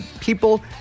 people